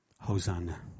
Hosanna